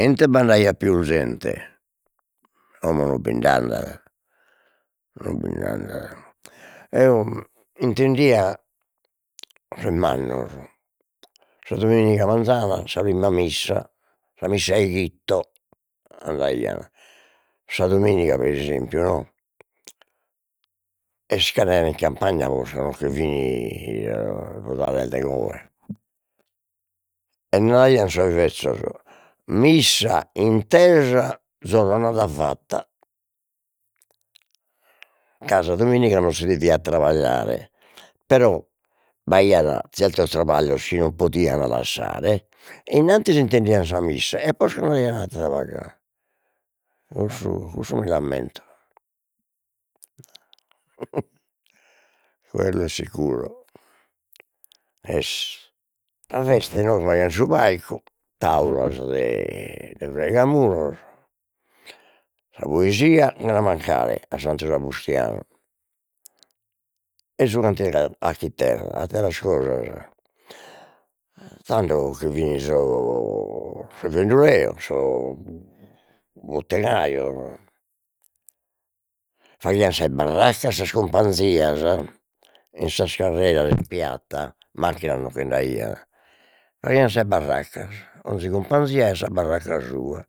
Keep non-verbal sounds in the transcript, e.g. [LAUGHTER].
[UNINTELLIGIBLE] b'andaiat pius zente, como non bind'andat, non bind'andat, eo intedia sos mannos, sa dominiga manzana, sa primma missa, sa missa 'e chitto andaian sa dominiga pre esempiu no, est c'andaian in campagna posca nocche fin sas 'odales de oe, e naraian sos bezzos: missa intesa zorronada fatta, ca sa dominiga non si deviat trabagliare, però b'aiat zertos trabaglios chi non podian lassare, innanti s'intendian sa missa, e posca andaian a trabagliare, [HESITATION] cussu mi l'ammento [LAUGHS] quello è sicuro, [HESITATION] sa festa inoghe faghian su palcu, taulas de de fraigamuros, sa poesia chena mancare a Santu Sabustianu e su cantidu [HESITATION] a chiterra atteras cosas, tando che fin [HESITATION] sos venduleos, sos [HESITATION] buttegajos, faghian sas barraccas sas cumpanzias in sas carreras in piatta, macchinas nocche nd'aiat, faghian sas barraccas 'onzi cumpanzia aiat sa barracca sua